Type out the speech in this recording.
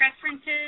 preferences